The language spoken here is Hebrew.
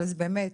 אבל באמת,